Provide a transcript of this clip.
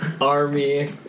Army